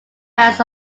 amounts